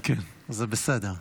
כן, זה בסדר.